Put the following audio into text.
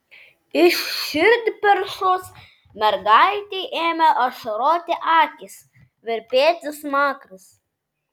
iš širdperšos mergaitei ėmė ašaroti akys virpėti smakras